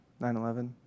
9-11